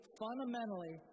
fundamentally